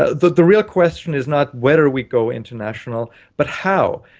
ah the the real question is not whether we go international but how,